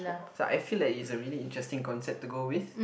so I feel like is a really interesting concept to go with